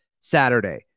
Saturday